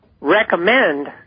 recommend